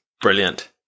brilliant